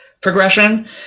progression